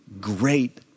great